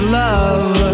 love